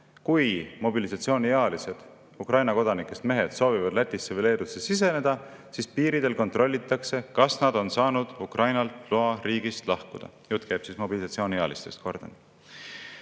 kui mobilisatsiooniealised Ukraina kodanikest mehed soovivad Lätisse või Leedusse siseneda, siis piiridel kontrollitakse, kas nad on saanud Ukrainalt loa riigist lahkuda. Kordan, et jutt käib mobilisatsiooniealistest.